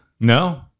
No